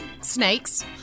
Snakes